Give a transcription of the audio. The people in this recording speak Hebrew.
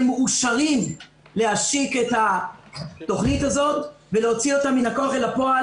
מאושרים להשיק את התוכנית הזאת ולהוציא אותה מן הכוח אל הפועל,